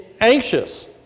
anxious